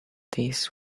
this